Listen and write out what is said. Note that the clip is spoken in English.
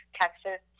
Texas